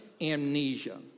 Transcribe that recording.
amnesia